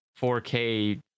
4k